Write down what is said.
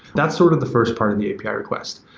that's sort of the first part of the api request.